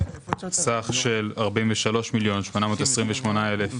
הרי אין כבר קופות קורונה,